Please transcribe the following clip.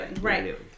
Right